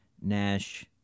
Nash